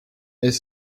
est